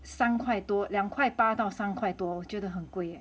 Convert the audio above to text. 三块多两块八到三块多觉得很贵